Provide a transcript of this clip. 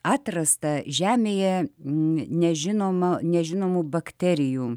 atrasta žemėje nežinoma nežinomų bakterijų